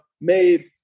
made